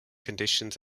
conditions